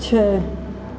छह